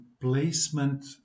Placement